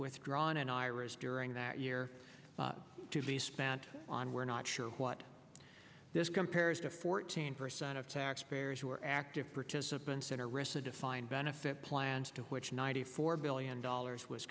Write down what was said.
withdrawn and iras during that year to be spent on we're not sure what this compares to fourteen percent of taxpayers who are active participants in arista defined benefit plans to which ninety four billion dollars was